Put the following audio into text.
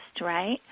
right